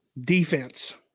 Defense